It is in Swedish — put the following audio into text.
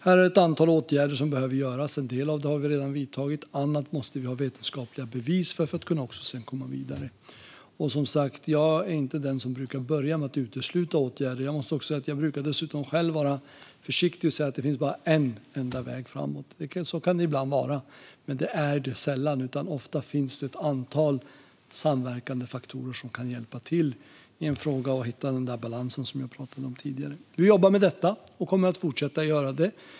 Här är det ett antal åtgärder som behöver göras. En del av dessa har vi redan vidtagit; i andra fall måste vi ha vetenskapliga bevis för att kunna komma vidare. Jag är som sagt inte den som brukar börja med att utesluta åtgärder. Jag brukar dessutom vara försiktig med att säga att det bara finns en enda väg framåt. Så kan det ibland vara, men det är sällan. Ofta finns det ett antal samverkande faktorer som kan hjälpa till att hitta den balans i en fråga som jag pratade om tidigare. Vi jobbar med detta och kommer att fortsätta göra det.